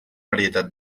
varietat